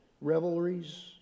revelries